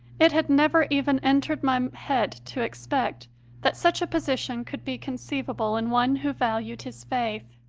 it had never even entered my head to expect that such a position could be conceivable in one who valued his faith.